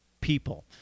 people